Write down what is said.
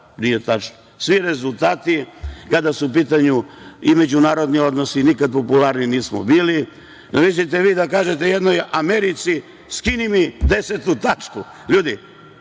Nije tačno. Svi rezultati kada su u pitanju i međunarodni odnosi nikada popularniji nismo bili. Mislite li vi kažete jednoj Americi – skini mi 10. tačku. Ljudi,